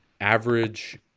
average